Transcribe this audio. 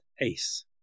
ace